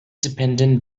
dependent